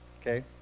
Okay